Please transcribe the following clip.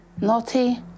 naughty